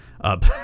up